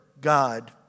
God